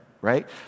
right